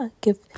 give